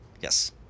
Yes